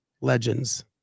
Legends